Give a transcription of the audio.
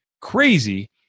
crazy